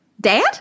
Dad